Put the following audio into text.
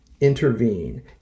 intervene